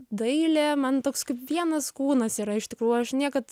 dailė man toks kaip vienas kūnas yra iš tikrųjų aš niekad